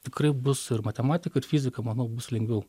tikrai bus ir matematika ir fizika manau bus lengviau